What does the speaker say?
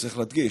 צריך להדגיש.